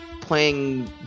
playing